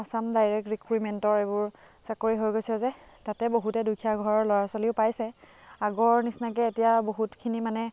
Assam direct ৰিক্ৰুইমেণ্টৰ এইবোৰ চাকৰি হৈ গৈছে যে তাতে বহুতে দুখীয়া ঘৰৰ ল'ৰা ছোৱালীয়েও পাইছে আগৰ নিচিনাকৈ এতিয়া বহুতখিনি মানে